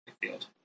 field